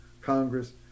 Congress